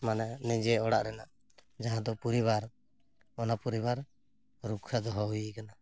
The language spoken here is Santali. ᱢᱟᱱᱮ ᱱᱤᱡᱮ ᱚᱲᱟᱜ ᱨᱮᱱᱟᱜ ᱡᱟᱦᱟᱸ ᱫᱚ ᱯᱚᱨᱤᱵᱟᱨ ᱚᱱᱟ ᱯᱚᱨᱤᱵᱟᱨ ᱨᱚᱠᱠᱷᱟ ᱫᱚᱦᱚ ᱦᱩᱭᱟᱠᱟᱱᱟ